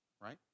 right